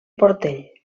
portell